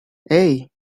hey